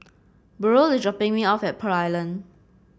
Burrel is dropping me off at Pearl Island